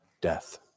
death